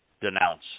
denounce